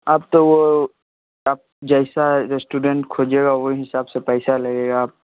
अब तो वह आप जैसा रेस्टुरेंट खोजिएगा वही हिसाब से पैसा लगेगा अब